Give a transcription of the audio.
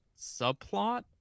subplot